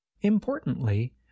Importantly